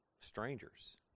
strangers